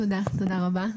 תודה רבה.